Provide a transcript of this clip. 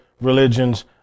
religions